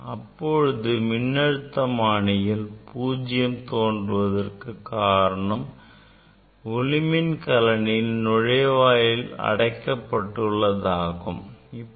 இப்போது மின்னோட்டமானியில் 0 தோன்றுவதற்குக் காரணம் ஒளிமின் கலனின் நுழைவாயில் அடைக்கப்பட்டதனால் தான்